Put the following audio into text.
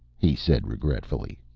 he said regretfully,